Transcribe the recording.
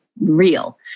real